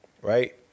Right